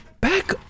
Back